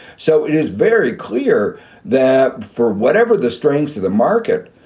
so it is very clear that for whatever the strengths of the market,